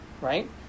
right